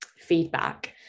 feedback